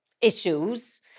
issues